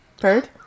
Bird